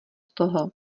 toho